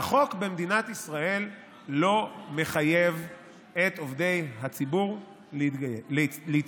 והחוק במדינת ישראל לא מחייב את עובדי הציבור להתייצב.